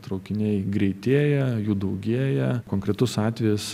traukiniai greitėja jų daugėja konkretus atvejas